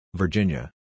Virginia